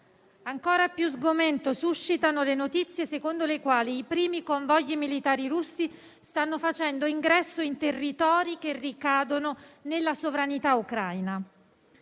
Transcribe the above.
Ancora più sgomento suscitano le notizie secondo le quali i primi convogli militari russi stanno facendo ingresso in territori che ricadono nella sovranità ucraina.